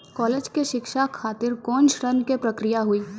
College के शिक्षा खातिर कौन ऋण के प्रक्रिया हुई?